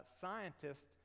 scientists